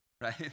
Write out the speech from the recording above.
right